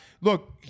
Look